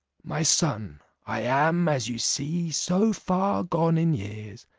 my son, i am, as you see, so far gone in years,